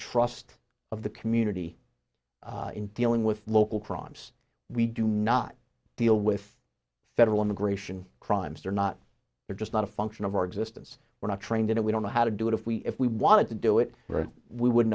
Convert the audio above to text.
trust of the community in dealing with local crimes we do not deal with federal immigration crimes or not they're just not a function of our existence we're not trained in it we don't know how to do it if we if we wanted to do it where we would